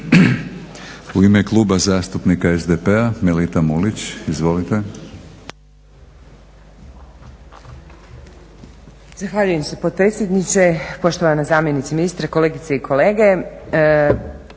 U ime Kluba zastupnika SDP-a, Melita Mulić. Izvolite.